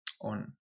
on